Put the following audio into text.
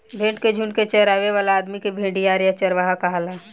भेड़ के झुंड के चरावे वाला आदमी के भेड़िहार या चरवाहा कहाला